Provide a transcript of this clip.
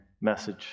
message